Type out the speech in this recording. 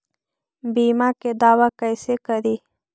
बीमा के दावा कैसे करी?